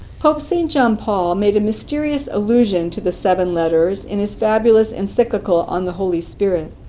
pope st. john paul made a mysterious allusion to the seven letters in his fabulous encyclical on the holy spirit.